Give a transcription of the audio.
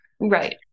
Right